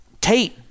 Tate